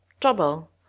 TROUBLE